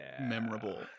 memorable